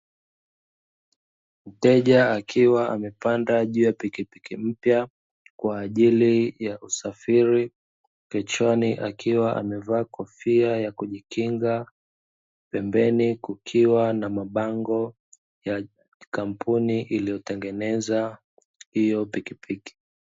Mteja akiwa amepanda juu ya pikipiki mpya, kwa ajili ya kusafiri, kichwani akiwa amevaa kofia ya kujikinga. Pembeni kukiwa na mabango ya kampuni iliyotengeneza hiyo pikipiki.